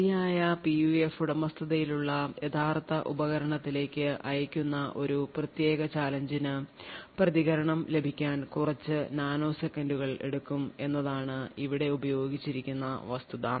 ശരിയായ PUF ഉടമസ്ഥതയിലുള്ള യഥാർത്ഥ ഉപകരണത്തിലേക്ക് അയയ്ക്കുന്ന ഒരു പ്രത്യേക ചാലഞ്ച് ന് പ്രതികരണം ലഭിക്കാൻ കുറച്ച് നാനോസെക്കൻഡുകൾ എടുക്കും എന്നതാണ് ഇവിടെ ഉപയോഗിച്ചിരിക്കുന്ന വസ്തുത